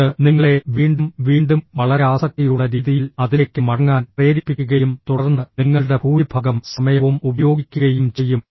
ഇത് നിങ്ങളെ വീണ്ടും വീണ്ടും വളരെ ആസക്തിയുള്ള രീതിയിൽ അതിലേക്ക് മടങ്ങാൻ പ്രേരിപ്പിക്കുകയും തുടർന്ന് നിങ്ങളുടെ ഭൂരിഭാഗം സമയവും ഉപയോഗിക്കുകയും ചെയ്യും